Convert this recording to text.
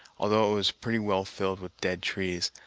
although it was pretty well filled with dead trees,